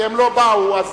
כי הם לא באו, אז